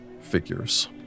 figures